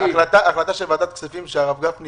הייתה החלטה של ועדת הכספים שהרב גפני